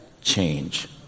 change